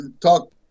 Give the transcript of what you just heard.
talk